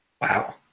Wow